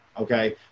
Okay